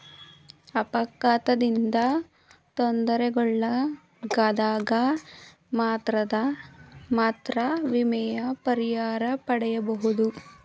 ಅಪಘಾತದಿಂದ ತೊಂದರೆಗೊಳಗಾದಗ ಮಾತ್ರ ವಿಮೆಯ ಪರಿಹಾರ ಪಡೆಯಬಹುದು